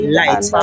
light